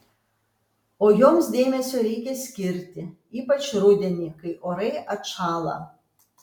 o joms dėmesio reikia skirti ypač rudenį kai orai atšąla